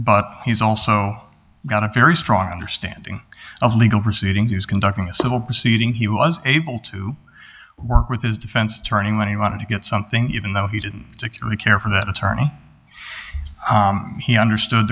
but he's also got a very strong understanding of legal proceedings conducting a civil proceeding he was able to work with his defense attorney when he wanted to get something even though he didn't care for an attorney he understood